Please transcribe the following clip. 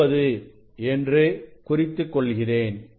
9 என்று குறித்துக் கொள்கிறேன்